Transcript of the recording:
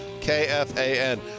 k-f-a-n